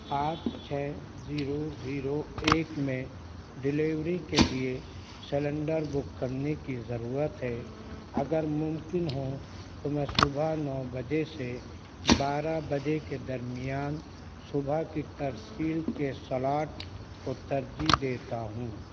پانچ چھ zero zero ایک میں ڈیلیوری کے لئے سلنڈر بک کرنے کی ضرورت ہے اگر ممکن ہوں تو میں صبح نو بجے سے بارہ بجے کے درمیان صبح کی ترسیل کے سلاٹ کو ترجیح دیتا ہوں